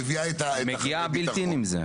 מביאה --- מגיעה יחד עם זה.